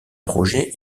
projet